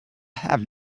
have